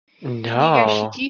no